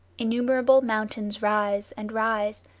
innumerable mountains rise, and rise,